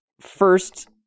first